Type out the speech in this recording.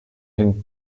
hin